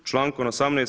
Člankom 18.